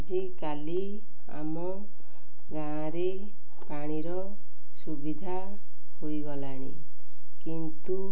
ଆଜି କାଲି ଆମ ଗାଁରେ ପାଣିର ସୁବିଧା ହୋଇଗଲାଣି କିନ୍ତୁ